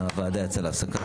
עו"ד ענת מימון תמשיך לקרוא.